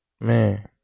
man